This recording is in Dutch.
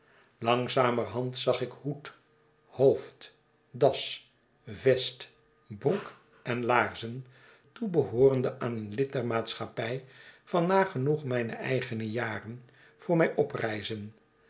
langzamerhand zag ik hoed hoofd das vest broek en laarzen toebehoorende aan een lid der maatscbappij van nagenoeg mijne eigene jaren voor mij oprijzen